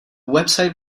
website